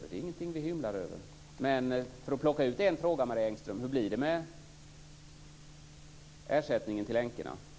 Det är ingenting som vi hymlar med. Men, för att plocka ut en fråga, Marie Engström: Hur blir det med ersättningen till änkorna?